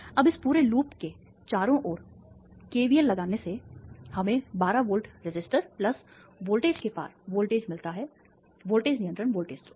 अब इस पूरे लूप के चारों ओर KVL लगाने से हमें 12 वोल्ट रेसिस्टर वोल्टेज के पार वोल्टेज मिलता है वोल्टेज नियंत्रण वोल्टेज स्रोत